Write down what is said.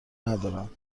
ندارم